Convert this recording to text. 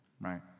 Right